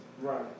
right